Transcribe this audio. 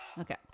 okay